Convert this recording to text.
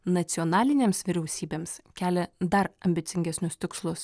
nacionalinėms vyriausybėms kelia dar ambicingesnius tikslus